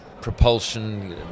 propulsion